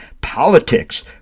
politics